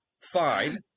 fine